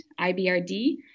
IBRD